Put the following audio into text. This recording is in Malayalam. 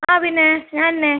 ആ പിന്നെ ഞാൻ തന്നെ